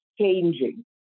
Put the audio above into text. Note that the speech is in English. changing